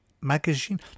Magazine